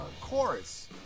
chorus